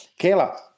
Kayla